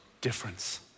difference